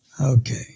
Okay